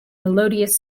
melodious